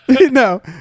no